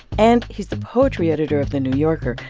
and he's the poetry editor of the new yorker.